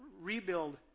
rebuild